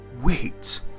wait